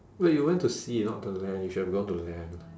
wait you went to sea not the land you should have gone to land lah